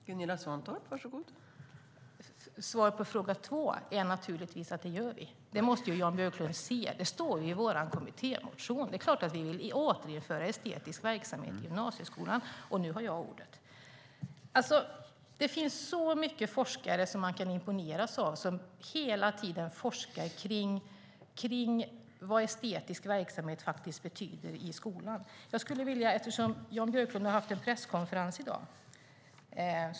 Fru talman! Svaret på frågan är naturligtvis att vi gör det. Det måste Jan Björklund se. Det står i vår kommittémotion. Det är klart att vi vill återinföra estetisk verksamhet i gymnasieskolan. Det finns många forskare som man kan imponeras av, som hela tiden forskar kring vad estetisk verksamhet faktiskt betyder i skolan. Jan Björklund har haft en presskonferens i dag.